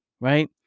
Right